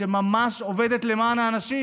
שממש עובדת למען האנשים.